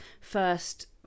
first